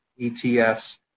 ETFs